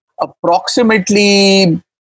approximately